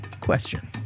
question